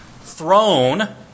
throne